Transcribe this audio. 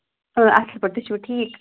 اۭں اَصٕل پٲٹھۍ تُہۍ چھِوٕ ٹھیٖک